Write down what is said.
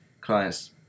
clients